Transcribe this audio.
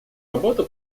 работу